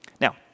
Now